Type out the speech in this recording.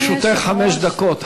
לרשותך חמש דקות,